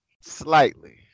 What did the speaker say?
slightly